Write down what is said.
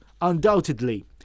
undoubtedly